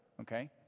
okay